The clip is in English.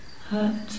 hurt